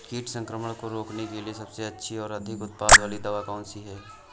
कीट संक्रमण को रोकने के लिए सबसे अच्छी और अधिक उत्पाद वाली दवा कौन सी है?